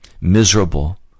miserable